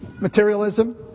Materialism